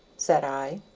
said i,